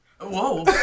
Whoa